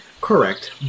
Correct